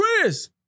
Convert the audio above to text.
Chris